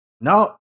no